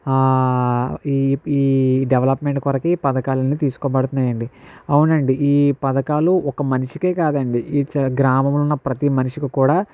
ఈ డెవలప్మెంట్ కొరకు పథకాలని తీసుకోబడుతున్నాయండి అవునండి ఈ పథకాలు ఒక మనిషికే కాదండి ఈ గ్రామంలో ఉన్న ప్రతి మనిషికి కూడా